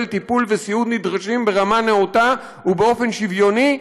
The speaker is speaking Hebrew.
טיפול וסיעוד נדרשים ברמה נאותה ובאופן שוויוני,